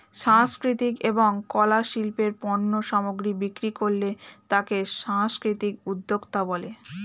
সাংস্কৃতিক এবং কলা শিল্পের পণ্য সামগ্রী বিক্রি করলে তাকে সাংস্কৃতিক উদ্যোক্তা বলে